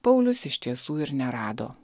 paulius iš tiesų ir nerado